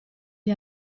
gli